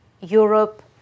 Europe